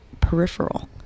peripheral